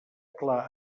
clar